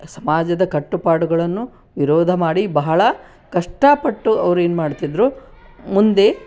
ಸಮಾಜದ ಕಟ್ಟುಪಾಡುಗಳನ್ನು ವಿರೋಧ ಮಾಡಿ ಬಹಳ ಕಷ್ಟಾಪಟ್ಟು ಅವ್ರೇನು ಮಾಡ್ತಿದ್ರು ಮುಂದೆ